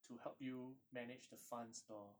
to help you manage the funds lor